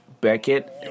Beckett